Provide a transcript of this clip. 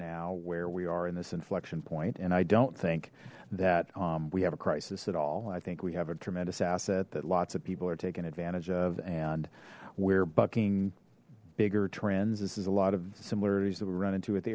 now where we are in this inflection point and i don't think that we have a crisis at all i think we have a tremendous asset that lots of people are taking advantage of and we're bucking bigger trends this is a lot of similarities that we've run into at the